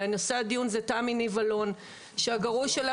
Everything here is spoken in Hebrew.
נושא הדיון זה תמי ניב אלון שהגרוש שלה